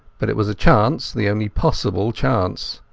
but it was a chance, the only possible chance.